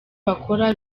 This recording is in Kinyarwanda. bakora